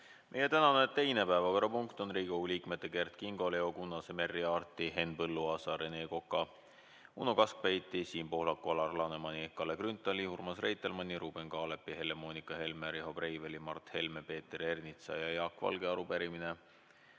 Meie tänane teine päevakorrapunkt on Riigikogu liikmete Kert Kingo, Leo Kunnase, Merry Aarti, Henn Põlluaasa, Rene Koka, Uno Kaskpeiti, Siim Pohlaku, Alar Lanemani, Kalle Grünthali, Urmas Reitelmanni, Ruuben Kaalepi, Helle-Moonika Helme, Riho Breiveli, Mart Helme, Peeter Ernitsa ja Jaak Valge arupärimine